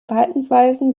verhaltensweisen